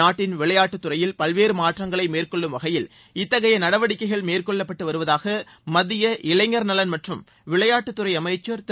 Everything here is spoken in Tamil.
நாட்டின் விளையாட்டுத்துறையில் பல்வேறு மாற்றங்களை மேற்கொள்ளும் வகையில் இத்தகைய நடவடிக்கைகள் மேற்கொள்ளப்பட்டு வருவதாக மத்திய இளைஞர் நலன் மற்றும் விளையாட்டுத்துறை அமைச்சா் திரு